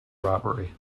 robbery